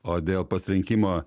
o dėl pasirinkimo